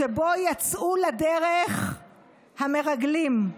שבו יצאו לדרך המרגלים.